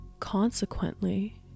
Consequently